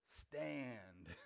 stand